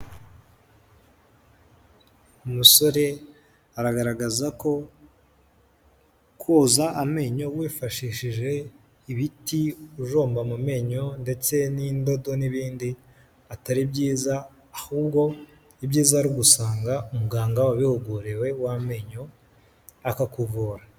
Umusore aragaragaza ko, koza amenyo wifashishije ibiti ujomba mu menyo ndetse n'indado n'ibindi atari byiza, ahubwo ibyiza ari ugusanga umuganga wabihuguriwe w'amenyo akakuvura.